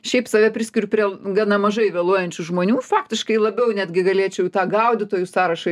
šiaip save priskiriu prie gana mažai vėluojančių žmonių faktiškai labiau netgi galėčiau tą gaudytojų sąrašą